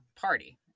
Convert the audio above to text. party